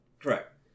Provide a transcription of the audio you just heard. Correct